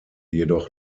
jedoch